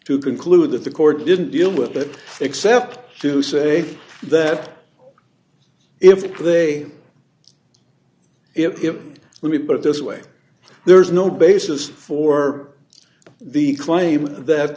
to conclude that the court didn't deal with that except to say that if they if let me put it this way there's no basis for the claim that